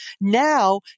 Now